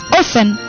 often